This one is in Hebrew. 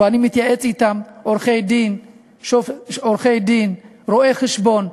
ואני מתייעץ אתם, עורכי-דין, רואי-חשבון,